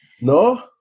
No